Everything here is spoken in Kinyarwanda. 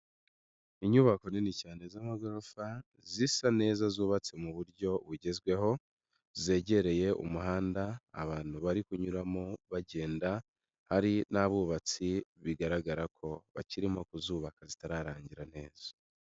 Inyubako nini cyane z'amagorofa zisa neza zubatse mu buryo bugezweho, zegereye umuhanda abantu bari kunyuramo bagenda, hari n'abubatsi bigaragara ko bakirimo kuzubaka zitararangira neza.